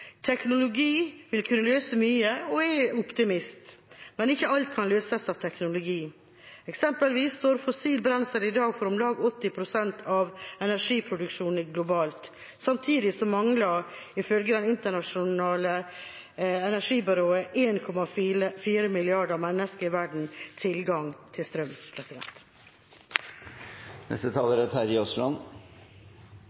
Teknologi vil kunne løse mye, og jeg er optimist, men ikke alt kan løses av teknologi. Eksempelvis står fossilt brensel i dag for om lag 80 pst. av energiproduksjonen globalt. Samtidig mangler 1,4 milliarder mennesker i verden tilgang til strøm,